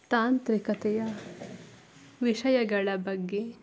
ತಾಂತ್ರಿಕತೆಯ ವಿಷಯಗಳ ಬಗ್ಗೆ